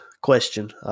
question